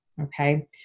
okay